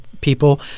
People